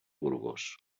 gorgos